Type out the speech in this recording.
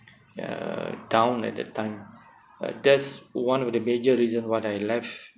uh down at that time but that's one of the major reasons why I left